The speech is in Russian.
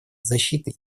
защитой